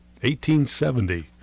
1870